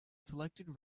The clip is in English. selected